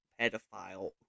pedophile